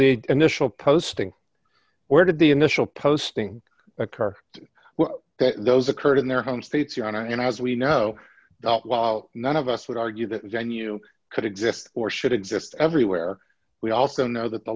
the initial posting where did the initial posting occur that those occurred in their home states your honor and as we know none of us would argue that venue could exist or should exist everywhere we also know that